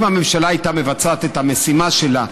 אם הממשלה הייתה מבצעת את המשימה שלה,